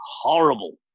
horrible